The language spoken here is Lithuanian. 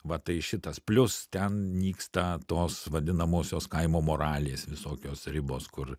matai šitas plius ten nyksta tos vadinamosios kaimo moralės visokios ribos kur